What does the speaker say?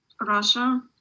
Russia